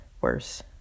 worse